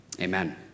amen